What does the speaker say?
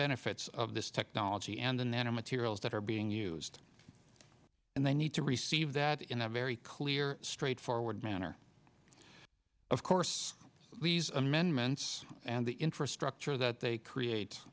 benefits of this technology and the nano materials that are being used and they need to receive that in a very clear straightforward manner of course these amendments and the infrastructure that they create